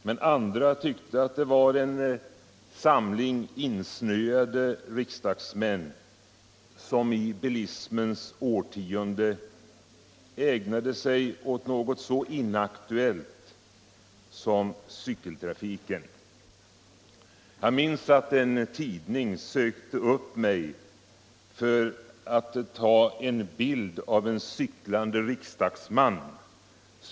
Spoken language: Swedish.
Men andra tyckte att det var en samling insnöade riksdagsmän, som i bilismens årtionde ägnade sig åt något så inaktuellt som cykeltrafiken. Jag minns att en tidning sökte upp mig för att ta en bild av en cyklande riksdagsman.